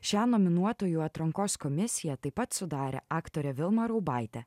šią nominuotųjų atrankos komisiją taip pat sudarė aktorė vilma raubaitė